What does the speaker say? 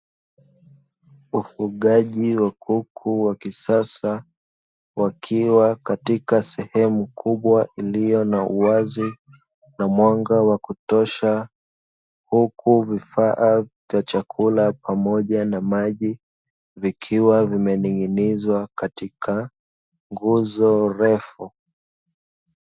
Ufugaji wa kuku wa kisasa wakiwa katika sehemu kubwa iliyo na uwazi na mwanga wa kutosha, huku vifaa vya chakula pamoja na maji vikiwa vimening'inizwa katika nguzo ndefu.